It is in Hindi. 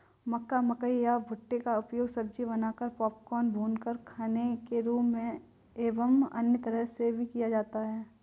मक्का, मकई या भुट्टे का उपयोग सब्जी बनाकर, पॉपकॉर्न, भूनकर खाने के रूप में एवं अन्य तरह से भी किया जाता है